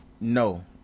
No